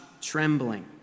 trembling